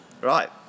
Right